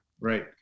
right